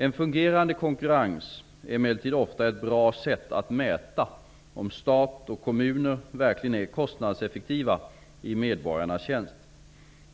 En fungerande konkurrens är emellertid ofta ett bra sätt att mäta om stat och kommuner verkligen är kostnadseffektiva i medborgarnas tjänst.